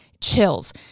chills